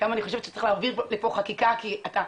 כמה אני חושבת שצריך להעביר פה חקיקה כי אתה,